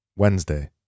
Wednesday